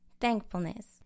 thankfulness